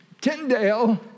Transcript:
Tyndale